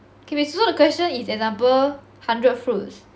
can be so the question is example hundred fruits